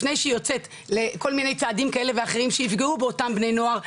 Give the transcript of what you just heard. לפני שהיא יוצאת לכל מיני צעדים כאלה ואחרים שיפגעו באותם בני נוער,